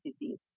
disease